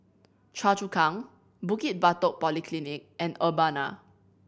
Choa Chu Kang Bukit Batok Polyclinic and Urbana